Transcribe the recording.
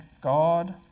God